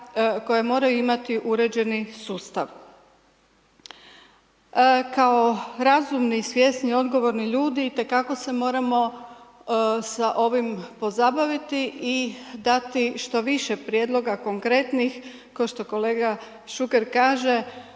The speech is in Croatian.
koja moraju imati uređeni sustav. Kao razumni, svjesni i odgovorni ljudi i te kako se moramo sa ovim pozabaviti i dati što više prijedloga konkretnih kao što kolega Šuker kaže,